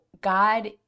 God